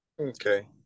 Okay